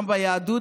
גם ביהדות,